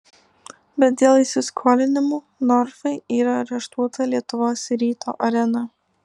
bet dėl įsiskolinimų norfai yra areštuota lietuvos ryto arena